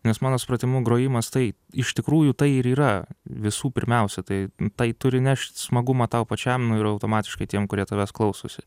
nes mano supratimu grojimas tai iš tikrųjų tai ir yra visų pirmiausia tai tai turi nešt smagumą tau pačiam ir automatiškai tiem kurie tavęs klausosi